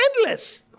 Endless